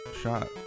shot